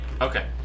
Okay